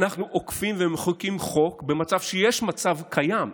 אנחנו אוכפים ומחוקקים חוק במצב שיש מצב קיים,